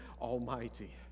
Almighty